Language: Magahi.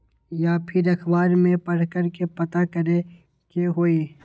या फिर अखबार में पढ़कर के पता करे के होई?